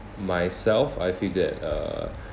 myself I feel that uh